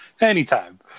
Anytime